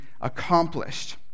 accomplished